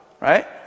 right